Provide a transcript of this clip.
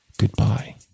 goodbye